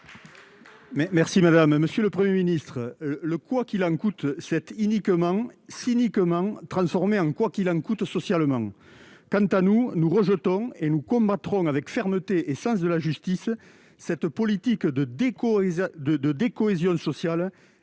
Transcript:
la ministre. Monsieur le Premier ministre, le « quoi qu'il en coûte » s'est iniquement et cyniquement transformé en un « quoi qu'il en coûte socialement ». Quant à nous, nous le rejetons. Nous combattrons avec fermeté et avec sens de la justice cette politique de décohésion sociale,